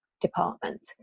Department